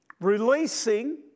Releasing